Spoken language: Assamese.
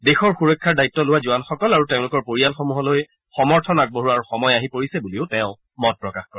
দেশৰ সুৰক্ষাৰ দায়িত্ব লোৱা জোৱানসকল আৰু তেওঁলোকৰ পৰিয়ালসমূহলৈ সমৰ্থন আগবঢ়োৱাৰ সময় আহি পৰিছে বুলিও তেওঁ মত প্ৰকাশ কৰে